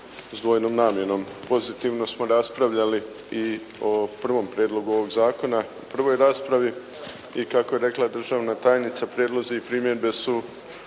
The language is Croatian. s dvojnom namjenom. Pozitivno smo raspravljali i o prvom prijedlogu ovoga zakona u prvoj raspravi i kako je rekla državna tajnica, prijedlozi i primjedbe su